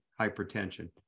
hypertension